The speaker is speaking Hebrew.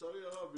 לצערי הרב,